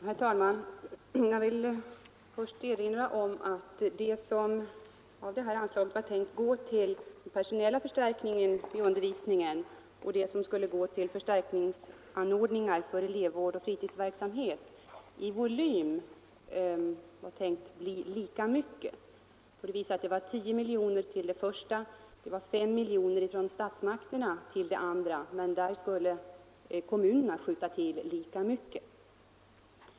Herr talman! Jag vill först erinra om att den del av det här anslaget som var avsett för den personella förstärkningen i undervisningen i volym var tänkt att bli lika stor som den del som skulle gå till förstärkningsanordningar för elevvård och fritidsverksamhet. 10 miljoner kronor har gått till den personella förstärkningen och ca 5 miljoner kronor har av statsmakterna satsats på elevvård etc., men där skulle kommunerna skjuta till lika mycket.